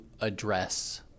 address